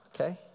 okay